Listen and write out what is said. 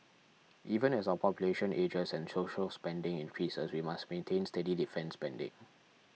even as our population ages and social spending increases we must maintain steady defence spending